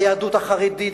והיהדות החרדית,